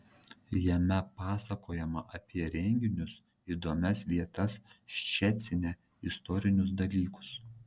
jame pasakojama apie renginius įdomias vietas ščecine istorinius dalykus